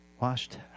washed